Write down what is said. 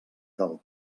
del